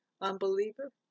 Unbeliever